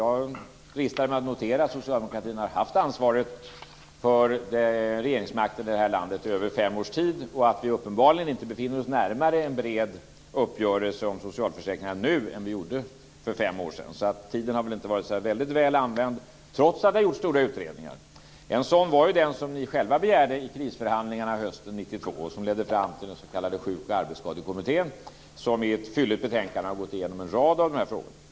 Jag dristade mig att notera att socialdemokratin har haft ansvaret för regeringsmakten i det här landet i över fem års tid och att vi uppenbarligen inte befinner oss närmare en bred uppgörelse om socialförsäkringarna nu än vi gjorde för fem år sedan. Tiden har alltså inte varit så väldigt väl använd, trots att det har gjorts stora utredningar. En sådan var ju den som ni själva begärde i krisförhandlingarna hösten 1992 vilket ledde fram till den s.k. Sjuk och arbetsskadekommittén, som i ett fylligt betänkande har gått igenom en rad av de här frågorna.